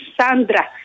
Sandra